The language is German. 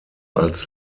als